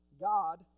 God